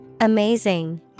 Amazing